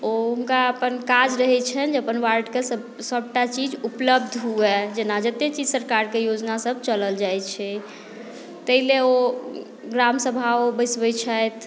ओ हुनका अपन काज रहैत छनि जे अपन राज्यकेँ सभटा चीज उपलब्ध हुए जेना जतेक चीज सरकारके योजनासभ चलल जाइत छै ताहि लेल ओ ग्रामसभा बैसबैत छथि